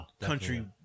country